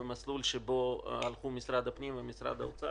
במסלול שבו הלכו משרד הפנים ומשרד האוצר,